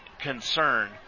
concern